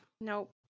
Nope